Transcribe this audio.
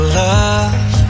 love